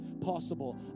possible